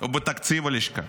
או בתקציב הלשכה.